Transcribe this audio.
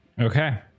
Okay